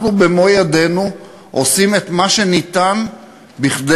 אנחנו במו-ידינו עושים את מה שאפשר כדי